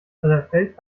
zerfällt